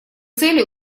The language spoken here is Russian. цели